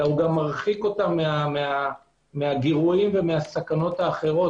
אלא גם מרחיק אותם מהגירויים ומהסכנות האחרות.